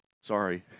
sorry